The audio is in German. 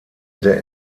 der